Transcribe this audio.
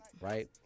Right